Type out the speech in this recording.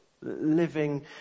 Living